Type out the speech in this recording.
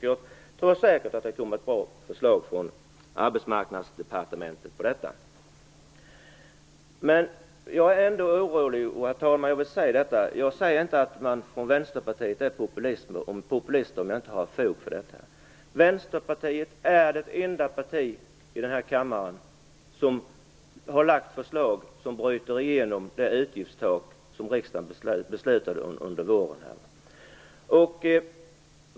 Jag tror säkert att det kommer ett bra förslag från Arbetsmarknadsdepartementet om detta. Herr talman! Jag är ändå orolig. Jag säger inte att man i Vänsterpartiet är populister om jag inte har fog för detta. Vänsterpartiet är det enda parti i denna kammare som har lagt fram förslag som bryter igenom det utgiftstak som riksdagen beslutade om under våren.